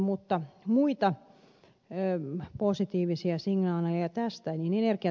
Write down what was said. mutta muita positiivisia signaaleja